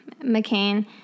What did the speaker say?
McCain